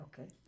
Okay